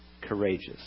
courageous